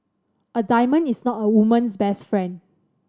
a diamond is not a woman's best friend